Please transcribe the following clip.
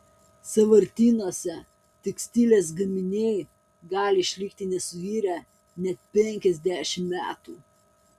sąvartynuose tekstilės gaminiai gali išlikti nesuirę net penkiasdešimt metų